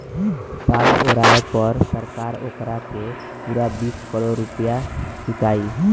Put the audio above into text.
साल ओराये पर सरकार ओकारा के पूरा बीस करोड़ रुपइया चुकाई